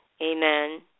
amen